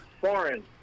Foreign